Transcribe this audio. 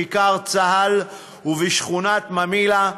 בכיכר צה"ל ובשכונת ממילא.